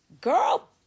Girl